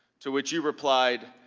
to which he replied?